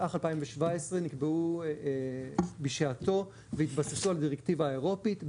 התשע"ח-2017 נקבעו בשעתו והתבססו על הדירקטיבה האירופית.